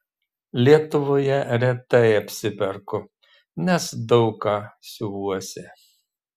lietuvoje retai apsiperku nes daug ką siuvuosi